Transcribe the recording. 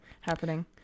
happening